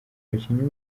abakinnyi